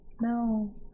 No